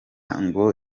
ngo